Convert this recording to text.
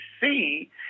see